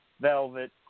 Velvet